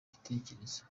ibitekerezo